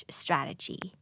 strategy